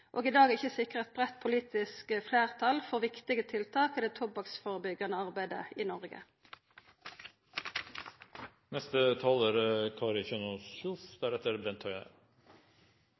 og i dag ikkje sikrar eit breitt, politisk fleirtal for viktige tiltak i det tobakksførebyggjande arbeidet i